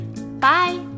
Bye